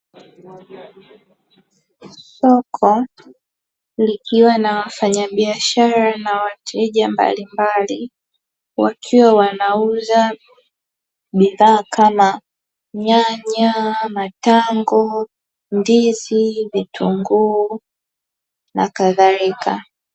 Soko likiwa na wafanyabiashara na wateja mbalimbali wakiwa wanauza bidhaa kama; nyanya, matango, ndizi, vitunguu na kadhallika.